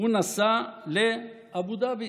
נסע לאבו דאבי,